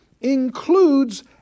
includes